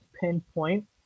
pinpoint